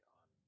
on